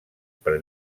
per